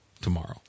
tomorrow